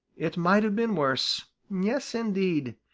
it might have been worse. yes, indeed,